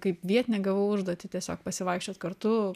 kaip vietinė gavau užduotį tiesiog pasivaikščiot kartu